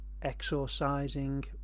exorcising